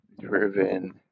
driven